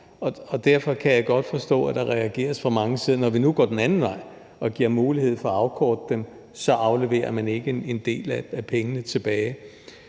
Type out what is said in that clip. Og derfor kan jeg godt forstå, at der reageres fra mange sider, når vi nu går den anden vej og giver mulighed for at afkorte dem og ikke afleverer en del af pengene tilbage.